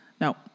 No